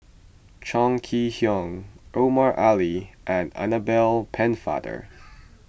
Chong Kee Hiong Omar Ali and Annabel Pennefather